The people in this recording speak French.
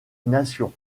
nations